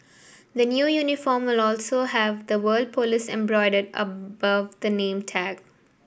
the new uniform will also have the word police embroidered above the name tag